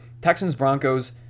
Texans-Broncos